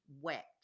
wet